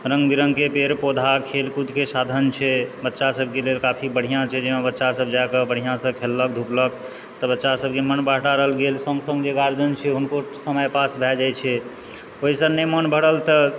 रङ्ग बिरङ्गके पेड़ पौधा खेलकूदके साधन छै बच्चासभके लेल काफी बढ़िआँ छै जाहिमे बच्चासभ जा कऽ बढ़िआँसँ खेललक धुपलक तऽ बच्चासभके मन बहटारल गेल सङ्ग सङ्ग जे गार्जियन छै हुनको समय पास भए जाइत छै ओहिसँ नहि मोन भरल तऽ